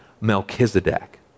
Melchizedek